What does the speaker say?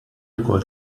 ukoll